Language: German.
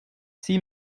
sie